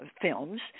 films